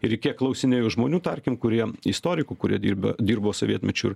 ir kiek klausinėju žmonių tarkim kurie istorikų kurie dirba dirbo sovietmečiu